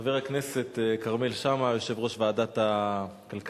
חבר הכנסת כרמל שאמה, יושב-ראש ועדת הכלכלה,